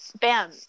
bam